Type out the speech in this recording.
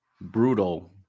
brutal